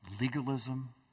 legalism